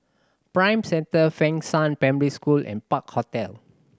Prime Centre Fengshan Primary School and Park Hotel